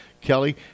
Kelly